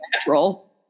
natural